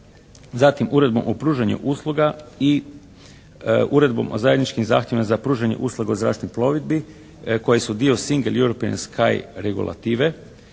zatim Uredbom o pružanju usluga i Uredbom o zajedničkim zahtjevima za pružanje usluga u zračnoj plovidbi koji su dio Single European Sky regulative,